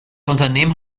unternehmen